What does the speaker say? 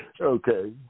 Okay